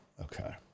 okay